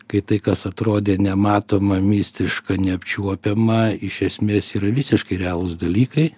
kai tai kas atrodė nematoma mistiška neapčiuopiama iš esmės yra visiškai realūs dalykai